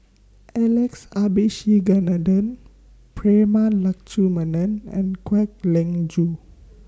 Alex Abisheganaden Prema Letchumanan and Kwek Leng Joo